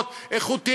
תדברי חמש דקות.